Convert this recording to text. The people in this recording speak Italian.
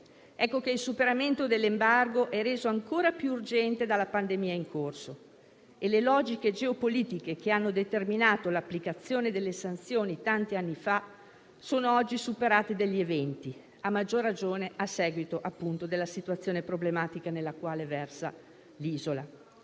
economia. Il superamento dell'embargo è reso ancora più urgente dalla pandemia in corso e le logiche geopolitiche che hanno determinato l'applicazione delle sanzioni tanti anni fa sono oggi superate degli eventi, a maggior ragione a seguito della situazione problematica nella quale versa l'isola.